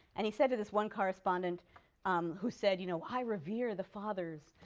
and he said to this one correspondent um who said, you know i revere the fathers.